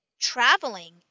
traveling